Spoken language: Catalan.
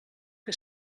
que